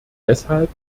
deshalb